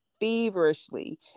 feverishly